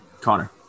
Connor